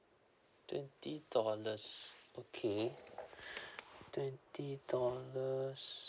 twenty dollars okay twenty dollars